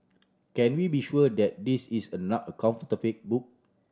can we be sure that this is a not a counterfeit book